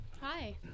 Hi